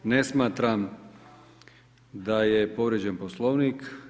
Ne smatram da je povrijeđen Poslovnik.